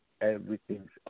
everything's